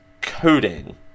coding